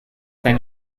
sein